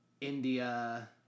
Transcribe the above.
India